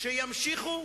שימשיכו